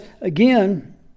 again